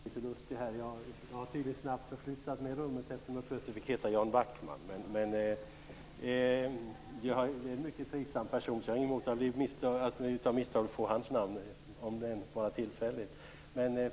Fru talman! Det är nu lätt att göra sig lustig. Jag har tydligen snabbt förflyttat mig i rummet eftersom jag plötsligt fick heta Jan Backman. Det är en mycket trivsam person. Jag har inget emot att av misstag få hans namn, om än bara tillfälligt.